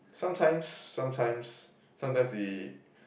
sometimes sometimes sometimes we